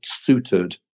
suited